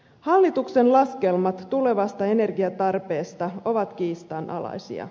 hallituksen laskelmat tulevasta energiantarpeesta ovat kiistanalaisia